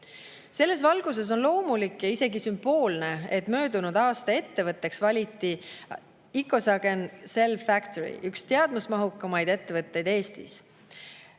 Selles valguses on loomulik ja isegi sümboolne, et möödunud aasta ettevõtteks valiti Icosagen Cell Factory – üks teadmusmahukaid ettevõtteid Eestis.